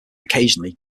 occasionally